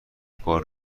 بار